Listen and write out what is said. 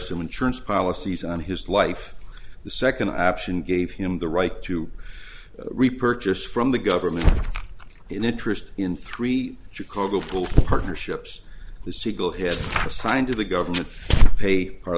some insurance policies on his life the second option gave him the right to repurchase from the government an interest in three chicago full partnerships the siegel his assigned to the government pay part